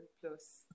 plus